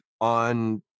on